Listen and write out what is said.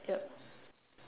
yup